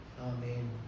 Amen